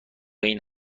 این